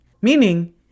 Meaning